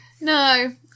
No